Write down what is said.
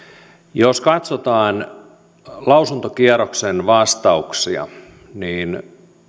jos katsotaan lausuntokierroksen vastauksia niin